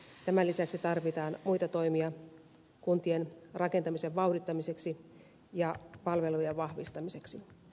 tämän lisäksi tarvitaan muita toimia kuntien rakentamisen vauhdittamiseksi ja palvelujen vahvistamiseksi